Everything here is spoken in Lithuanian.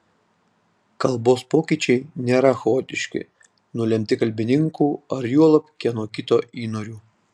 kalbos pokyčiai nėra chaotiški nulemti kalbininkų ar juolab kieno kito įnorių